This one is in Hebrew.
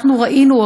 אנחנו ראינו,